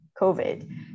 COVID